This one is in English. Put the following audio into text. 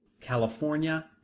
California